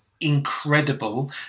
incredible